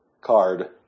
card